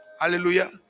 Hallelujah